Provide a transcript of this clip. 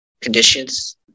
conditions